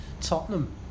Tottenham